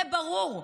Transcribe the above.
זה ברור.